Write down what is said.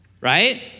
right